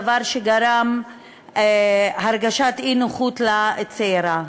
דבר שגרם הרגשת אי-נוחות לצעירה,